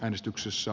kannatan